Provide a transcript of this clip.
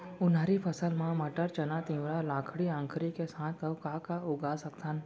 उनहारी फसल मा मटर, चना, तिंवरा, लाखड़ी, अंकरी के साथ अऊ का का उगा सकथन?